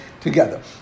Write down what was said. together